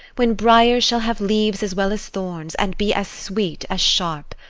when briers shall have leaves as well as thorns and be as sweet as sharp.